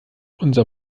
unser